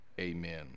Amen